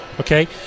Okay